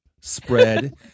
spread